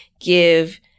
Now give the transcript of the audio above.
give